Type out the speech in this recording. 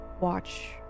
watch